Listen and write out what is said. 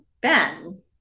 Ben